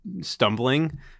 stumbling